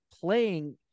playing